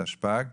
התשפ"ג.